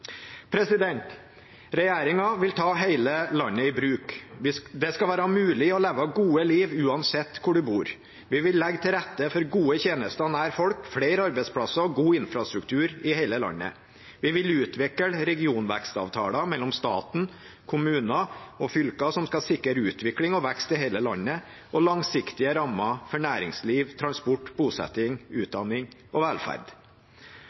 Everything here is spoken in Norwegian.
vil ta hele landet i bruk. Det skal være mulig å leve gode liv uansett hvor man bor. Vi vil legge til rette for gode tjenester nær folk, flere arbeidsplasser og god infrastruktur i hele landet. Vi vil utvikle regionvekstavtaler mellom staten, kommuner og fylker, som skal sikre utvikling og vekst i hele landet og langsiktige rammer for næringsliv, transport, bosetting, utdanning og velferd.